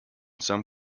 some